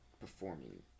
Performing